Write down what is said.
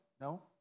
No